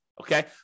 Okay